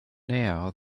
now